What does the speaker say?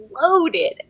loaded